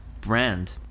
brand